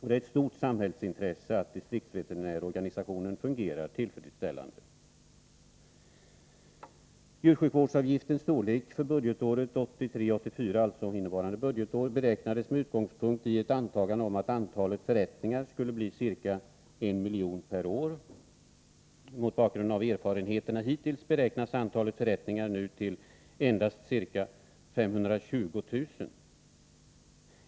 Det är ett stort samhällsintresse att distriktsveterinärorganisationen fungerar tillfredsställande. Djursjukvårdsavgiftens storlek för budgetåret 1983/84, alltså innevarande budgetår, beräknades med utgångspunkt i ett antagande om att antalet förrättningar skulle bli ca en miljon per år. Mot bakgrund av erfarenheterna hittills beräknas antalet förrättningar nu till endast ca 520000.